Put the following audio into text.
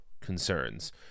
concerns